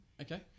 Okay